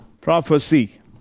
prophecy